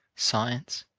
science,